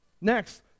Next